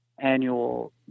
annual